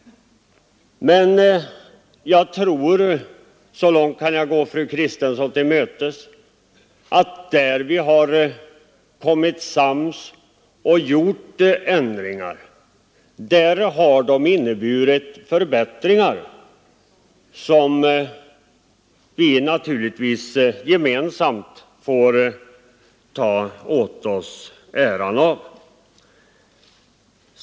Men så långt kan jag gå fru Kristensson till mötes att jag kan erkänna att jag tror att ändringarna — där vi har blivit ense och gjort sådana — har inneburit förbättringar, vilket vi naturligtvis gemensamt får ta åt oss äran av.